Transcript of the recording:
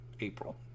April